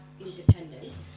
independence